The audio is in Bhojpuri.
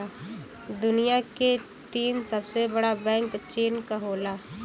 दुनिया के तीन सबसे बड़ा बैंक चीन क हौ